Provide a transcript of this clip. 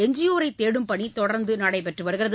எஞ்சியோரை தேடும் பணி தொடர்ந்து நடைபெற்று வருகிறது